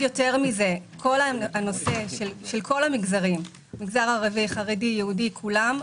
כל המגזרים, המגזר הערבי, החרדי, היהודי, כולם,